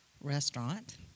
restaurant